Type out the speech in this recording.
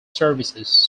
services